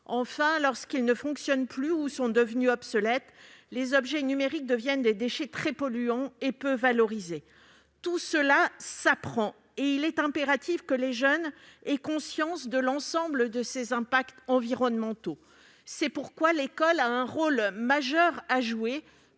Enfin, lorsqu'ils ne fonctionnent plus ou sont devenus obsolètes, les objets numériques deviennent des déchets très polluants et peu valorisés. Tout cela s'apprend, et il est impératif que les jeunes aient conscience de l'ensemble de ces impacts environnementaux. C'est pourquoi l'école a un rôle majeur à jouer